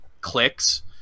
clicks